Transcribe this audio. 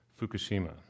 Fukushima